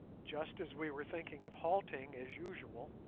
just as we were thinking of halting as usual,